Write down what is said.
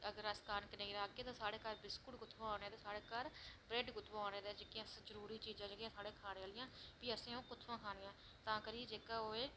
अगर अस कनक निं राह्गे ते साढ़े घर बिस्कुट कुत्थुआं औने ते ब्रैड कुत्थुआं औने ते जेह्कियां जरूरी चीजां न फ्ही ओह् असें कुत्थुआं खानियां ते भी तां करियै एह्